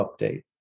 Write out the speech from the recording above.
update